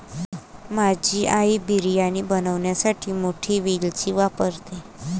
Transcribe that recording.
माझी आई बिर्याणी बनवण्यासाठी मोठी वेलची वापरते